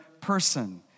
person